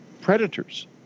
predators